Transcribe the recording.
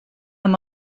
amb